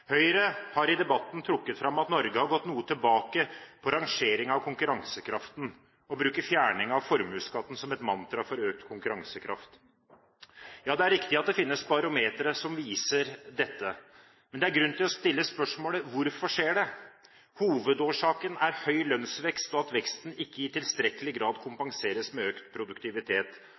Høyre har i debatten trukket fram at Norge har gått noe tilbake på rangeringen av konkurransekraften og bruker fjerning av formuesskatten som et mantra for økt konkurransekraft. Ja, det er riktig at det finnes barometre som viser dette. Men det er grunn til å stille spørsmålet: Hvorfor skjer det? Hovedårsaken er høy lønnsvekst og at veksten ikke i tilstrekkelig grad kompenseres med økt produktivitet,